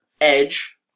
Edge